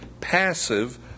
passive